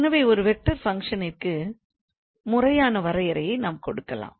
எனவே ஒரு வெக்டார் ஃபங்க்ஷனிற்கு முறையான வரையறையை நாம் கொடுக்கலாம்